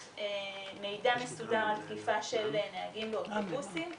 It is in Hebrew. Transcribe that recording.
מידע מסודר על תקיפה של נהגים באוטובוסים.